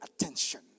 attention